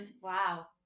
Wow